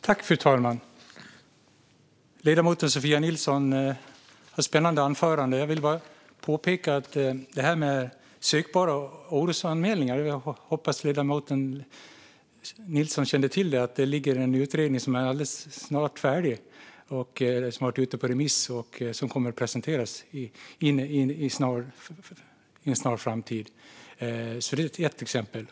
Fru talman! Ledamoten Sofia Nilsson höll ett spännande anförande. Jag vill bara göra ett påpekande om det här med sökbara orosanmälningar. Jag hoppas att ledamoten Nilsson känner till att det pågår en utredning om det som alldeles snart är färdig, ska ut på remiss och kommer att presenteras i en snar framtid. Det är ett exempel.